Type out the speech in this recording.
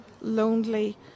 lonely